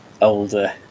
older